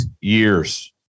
years